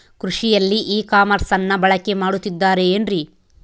ಕೃಷಿಯಲ್ಲಿ ಇ ಕಾಮರ್ಸನ್ನ ಬಳಕೆ ಮಾಡುತ್ತಿದ್ದಾರೆ ಏನ್ರಿ?